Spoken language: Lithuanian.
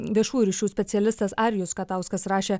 viešųjų ryšių specialistas arijus katauskas rašė